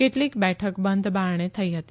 કેટલીક બેઠક બંધબારણે થઈ હતી